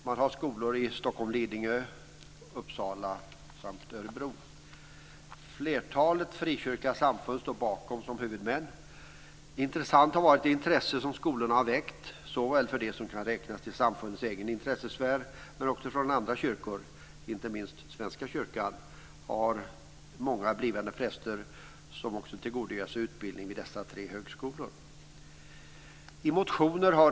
Man har skolor i Lidingö i Stockholm, Uppsala och Örebro. Flertalet frikyrkliga samfund står bakom som huvudmän. Intressant har varit det intresse som skolorna har väckt, såväl hos dem som kan räknas till samfundens egen intressesfär men också hos andra kyrkor, inte minst Svenska kyrkan har många blivande präster som också tillgodogör sig utbildning vid dessa tre högskolor.